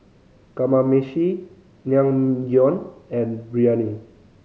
Kamameshi Naengmyeon and Biryani